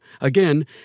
Again